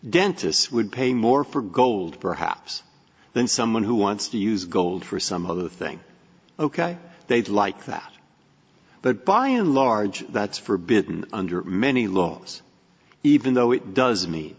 dentis would pay more for gold perhaps than someone who wants to use gold for some other thing ok they'd like that but by and large that's forbidden under many loans even though it does